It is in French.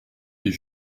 des